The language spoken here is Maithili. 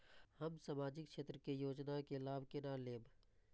हम सामाजिक क्षेत्र के योजना के लाभ केना लेब?